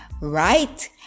Right